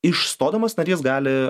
išstodamas narys gali